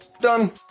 Done